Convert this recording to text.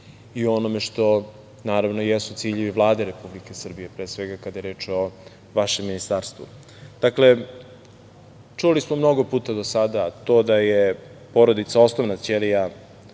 o onome što jesu ciljevi Vlade Republike Srbije, pre svega, kada je reč o vašem ministarstvu. Dakle, čuli smo mnogo puta do sada to da je porodica osnovna ćelija